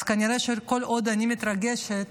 אז כנראה שכל עוד אני מתרגשת